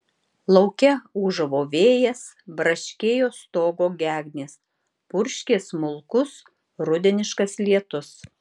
lauke ūžavo vėjas braškėjo stogo gegnės purškė smulkus rudeniškas lietus